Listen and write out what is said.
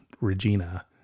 Regina